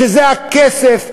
שזה הכסף,